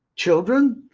children,